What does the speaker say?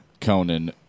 Conan